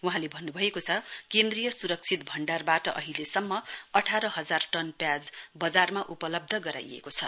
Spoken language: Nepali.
वहाँले भन्नु भएको छ केन्द्रीय सुरक्षित भण्डारबाट अहिलेसम्म अठार हजार टन प्याज बजारमा उपलब्ध गराइएको छ